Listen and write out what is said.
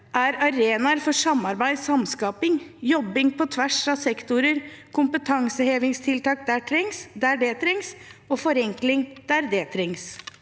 er arenaer for samarbeid og samskaping, jobbing på tvers av sektorer, kompetansehevingstiltak der det trengs, og forenkling der det trengs.